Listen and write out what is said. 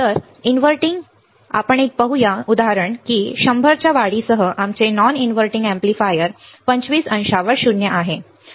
आता एक उदाहरण पाहूया की 100 च्या वाढीसह आमचे नॉन इनव्हर्टींग एम्पलीफायर 25 अंशांवर शून्य आहे 0